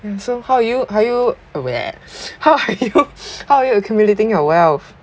and so how are you how you how are you how are you accumulating your wealth